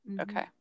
Okay